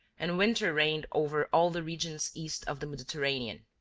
and winter reigned over all the regions east of the mediterranean.